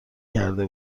کرده